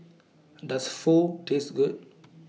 Does Pho Taste Good